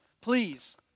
please